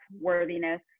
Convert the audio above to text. worthiness